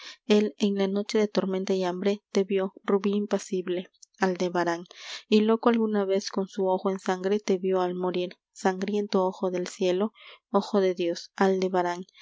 el en la noche de tormenta y hambre te vió rubí impasible aldebarán y loco alguna vez con su ojo en sangre te vió al morir sangriento ojo del cielo ojo de dios aldebaránl y